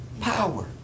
Power